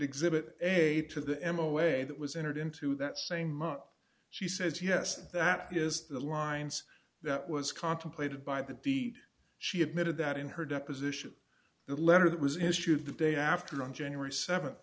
exhibit a to the m away that was entered into that same month she says yes that is the lines that was contemplated by the deed she admitted that in her deposition the letter that was issued the day after on january